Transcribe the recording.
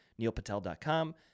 neilpatel.com